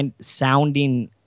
sounding